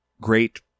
great